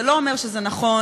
זה לא אומר שזה נכון.